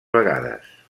vegades